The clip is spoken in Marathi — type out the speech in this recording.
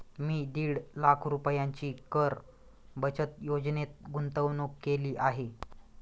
मी दीड लाख रुपयांची कर बचत योजनेत गुंतवणूक केली आहे